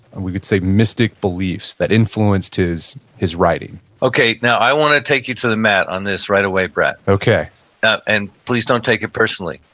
and we could say, mystic beliefs that influenced his his writing okay, now i wanna take you to the mat on this right away, brett okay and please don't take it personally.